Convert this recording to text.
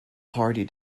party